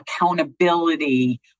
accountability